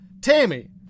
Tammy